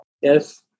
Yes